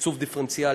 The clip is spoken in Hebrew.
בתקצוב דיפרנציאלי,